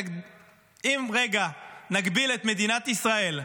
אם רגע נקביל את מדינת ישראל לחברה,